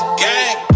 gang